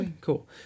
Cool